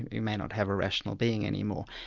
you may not have a rational being any more.